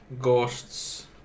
Ghosts